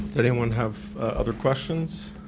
anyone have other questions?